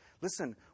Listen